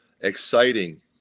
exciting